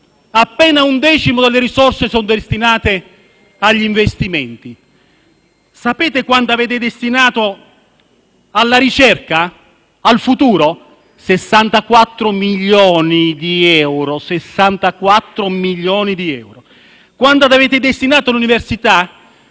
Appena un decimo delle risorse è destinato agli investimenti. Sapete quanto avete destinato alla ricerca, al futuro? 64 milioni di euro. Sapete quanto avete destinato all'università?